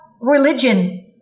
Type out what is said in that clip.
religion